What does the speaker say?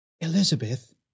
Elizabeth